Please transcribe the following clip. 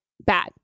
bad